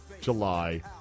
July